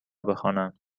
بخوانم